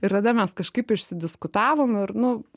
ir tada mes kažkaip išsidiskutavom ir nu